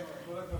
יפה מאוד.